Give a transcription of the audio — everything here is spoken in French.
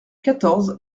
quatorze